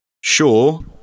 Sure